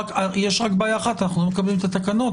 יש רק בעיה אחת, אנחנו לא מקבלים את התקנות.